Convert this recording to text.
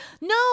no